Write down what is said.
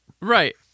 Right